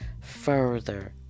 further